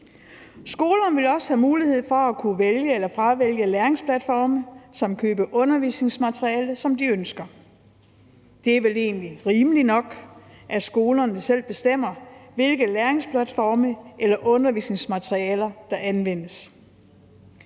Skolerne vil også have mulighed for at kunne vælge eller fravælge læringsplatforme samt købe de undervisningsmaterialer, som de ønsker. Det er vel egentlig rimeligt nok, at skolerne selv bestemmer, hvilke læringsplatforme eller undervisningsmaterialer der anvendes.